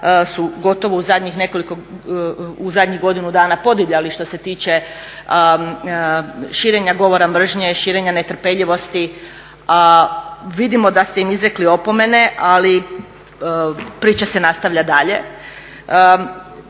nekoliko, u zadnjih godinu dana podivljali što se tiče širenja govora mržnje, širenja netrpeljivosti, a vidimo da ste im izrekli opomene, ali priča se nastavlja dalje